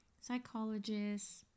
psychologist